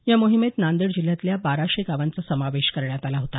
या मोहिमेत नांदेड जिल्ह्यातल्या बाराशे गावांचा समावेश करण्यात आला होता